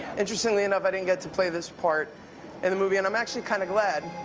interestingly enough, i didn't get to play this part in the movie and i'm actually kind of glad.